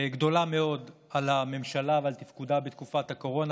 גדולה מאוד על הממשלה ועל תפקודה בתקופת הקורונה.